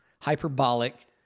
hyperbolic